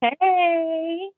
Hey